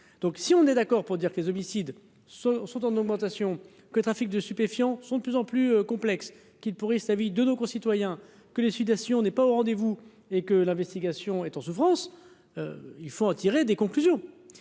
donc si on est d'accord pour dire que les homicides, ce sont en augmentation que trafic de stupéfiants sont de plus en plus complexes qu'ils pourrissent la vie de nos concitoyens que les sudation n'est pas au rendez-vous et que l'investigation est en souffrance, il faut en tirer des conclusions.